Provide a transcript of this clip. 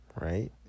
Right